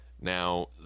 now